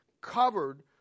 covered